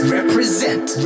Represent